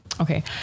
Okay